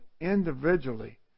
individually